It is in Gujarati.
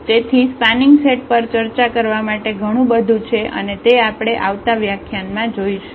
તેથી સ્પાનિંગ સેટ પાર ચર્ચા કરવા માટે ઘણું બધું છે અને તે આપણે આવતા વ્યાખ્યાનમાં જોશું